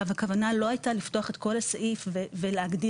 הכוונה לא הייתה לפתוח את כל הסעיף ולהגדיר